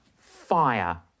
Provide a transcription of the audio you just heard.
fire